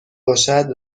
باشد